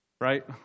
right